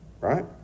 Right